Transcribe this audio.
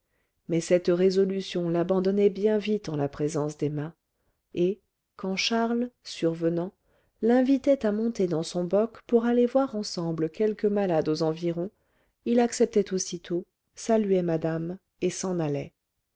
mais cette résolution l'abandonnait bien vite en la présence d'emma et quand charles survenant l'invitait à monter dans son boc pour aller voir ensemble quelque malade aux environs il acceptait aussitôt saluait madame et s'en allait